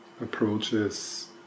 Approaches